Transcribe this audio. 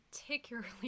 particularly